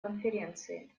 конференции